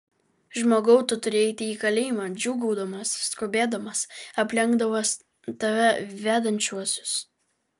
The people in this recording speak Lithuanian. žmogau tu turi eiti į kalėjimą džiūgaudamas skubėdamas aplenkdamas tave vedančiuosius